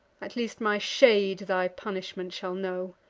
at least my shade thy punishment shall know,